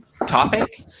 topic